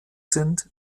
sind